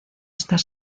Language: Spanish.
estar